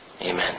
Amen